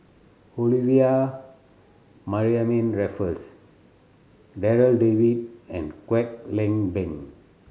Olivia Mariamne Raffles Darryl David and Kwek Leng Beng